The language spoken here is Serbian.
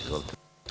Izvolite.